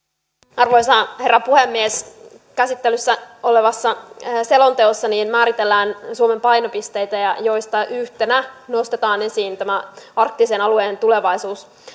arvoisa herra puhemies käsittelyssä olevassa selonteossa määritellään suomen painopisteitä joista yhtenä nostetaan esiin tämä arktisen alueen tulevaisuus